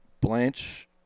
Blanche